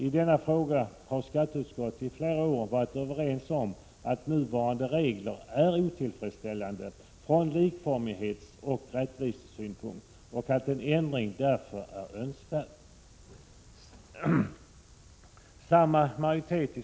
I denna fråga har skatteutskottet i flera år varit enigt om att nuvarande regler är otillfredsställande från likformighetsoch rättvisesynpunkt och att en ändring därför är önskvärd.